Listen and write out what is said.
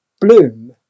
Bloom